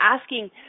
asking